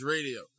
Radio